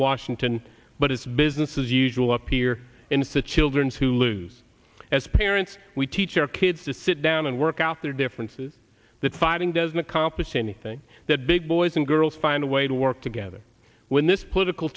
washington but it's business as usual up here in situ liberals who lose as parents we teach our kids to sit down and work out their differences that finding doesn't accomplish anything that big boys and girls find a way to work together when this political